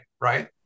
right